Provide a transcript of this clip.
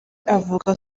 avuga